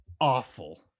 awful